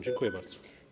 Dziękuję bardzo.